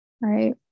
Right